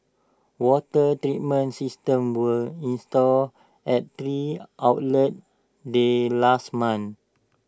water treatments systems were installed at three outlets there last month